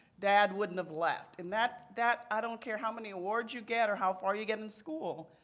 dad wouldn't have left. and that that i don't care how many awards you get or how far you get in school,